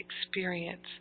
experience